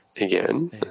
again